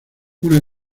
una